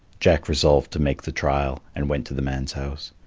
jack resolved to make the trial, and went to the man's house.